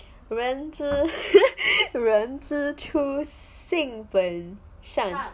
人之 人之初性本善